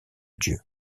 dieu